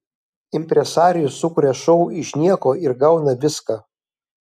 impresarijus sukuria šou iš nieko ir gauna viską